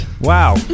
Wow